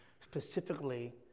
specifically